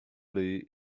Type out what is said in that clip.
lee